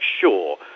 sure